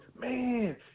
man